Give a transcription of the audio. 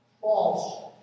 false